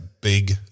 big